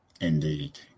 indeed